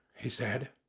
he said,